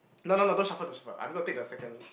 no no no don't shuffle don't shuffle I'm gonna take the second